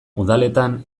udaletan